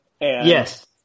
Yes